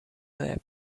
there